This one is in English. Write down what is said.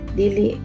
dili